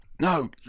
no